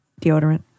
Deodorant